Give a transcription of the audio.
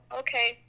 okay